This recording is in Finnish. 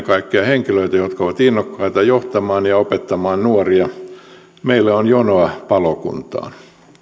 kaikkea henkilöitä jotka ovat innokkaita johtamaan ja opettamaan nuoria meillä on jonoa palokuntaan